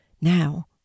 Now